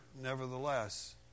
nevertheless